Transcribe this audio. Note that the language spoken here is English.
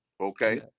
okay